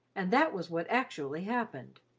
and that was what actually happened.